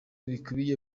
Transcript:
bikubiye